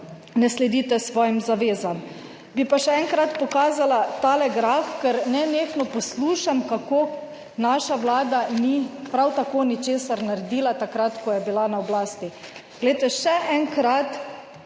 ne sledite svojim zavezam. Bi pa še enkrat pokazala tale graf, ker nenehno poslušam kako naša Vlada ni prav tako ničesar naredila takrat, ko je bila na oblasti. Glejte, še enkrat